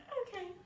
okay